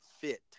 fit